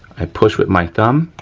i push with my thumb,